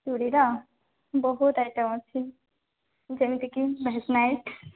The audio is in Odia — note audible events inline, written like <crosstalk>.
ଚୁଡ଼ିର ବହୁତ ଆଇଟମ୍ ଅଛି ଯେମିତିକି <unintelligible> ନାଇଟ୍